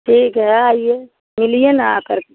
ठीक है आइए मिलिए ना आकर के